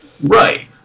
Right